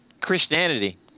Christianity